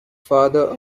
father